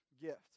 gift